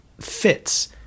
fits